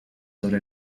sobre